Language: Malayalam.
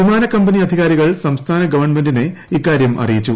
വിമാനക്കമ്പനി അധികാരികൾ സംസ്ഥാന ഗവൺമെന്റിനെ ഇക്കാര്യം അറിയിച്ചു